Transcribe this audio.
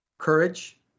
courage